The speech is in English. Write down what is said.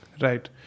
Right